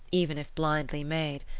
even if blindly made,